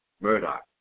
Murdoch